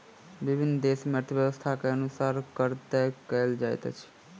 विभिन्न देस मे अर्थव्यवस्था के अनुसार कर तय कयल जाइत अछि